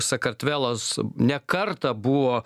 sakartvelas ne kartą buvo